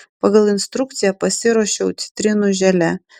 pagal instrukciją pasiruošiau citrinų želė